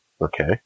okay